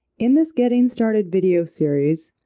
in this getting started video series,